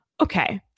Okay